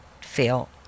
feel